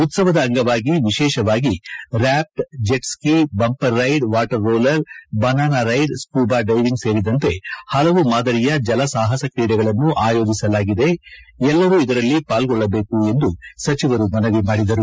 ಉತ್ಸವದ ಅಂಗವಾಗಿ ವಿಶೇಷವಾಗಿ ರ್ಕಾಪ್ಟ್ still water jet ski bumper ride water roller banana ride scuba diving ಸೇರಿದಂತೆ ಪಲವು ಮಾದರಿಯ ಜಲಸಾಹಸ ಕ್ರೀಡೆಗಳನ್ನು ಅಯೋಜಿಸಲಾಗಿದೆ ಎಲ್ಲರೂ ಇದರಲ್ಲಿ ಪಾಲ್ಗೊಳ್ಳಬೇಕು ಎಂದು ಸಚಿವರು ಮನವಿ ಮಾಡಿದರು